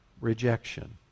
rejection